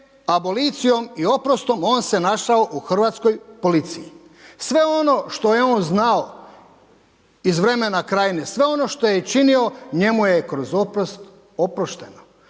time abolicijom i oprostom on se našao u hrvatskoj policiji. Sve ono što je on znao iz vremena krajine, sve ono što je činio njemu je kroz oprost oprošteno.